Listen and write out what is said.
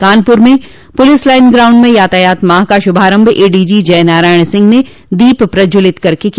कानपुर में police line ground में यातायात माह का शुभारम्भ एडीजी जयनारायण सिंह ने दीप प्रज्ज्वलित करके किया